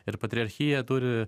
ir patriarchija turi